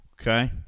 Okay